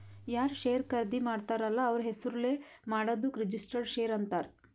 ಯಾರ್ ಶೇರ್ ಖರ್ದಿ ಮಾಡ್ತಾರ ಅಲ್ಲ ಅವ್ರ ಹೆಸುರ್ಲೇ ಮಾಡಾದುಕ್ ರಿಜಿಸ್ಟರ್ಡ್ ಶೇರ್ ಅಂತಾರ್